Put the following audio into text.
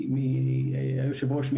היושב-ראש,